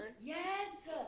Yes